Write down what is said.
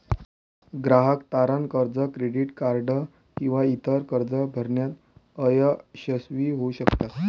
ग्राहक तारण कर्ज, क्रेडिट कार्ड किंवा इतर कर्जे भरण्यात अयशस्वी होऊ शकतात